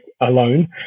alone